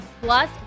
plus